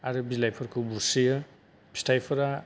आरो बिलाइफोरखौ बुस्रियो फिथाइफोरा